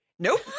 Nope